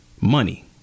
money